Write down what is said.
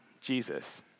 Jesus